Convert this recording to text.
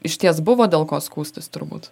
išties buvo dėl ko skųstis turbūt